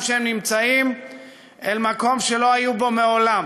שהם נמצאים אל מקום שלא היו בו מעולם.